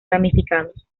ramificados